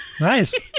Nice